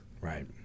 right